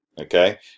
okay